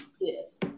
Yes